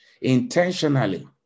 intentionally